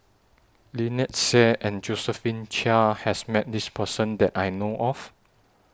Lynnette Seah and Josephine Chia has Met This Person that I know of